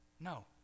No